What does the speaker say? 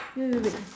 wait wait wait